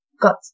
got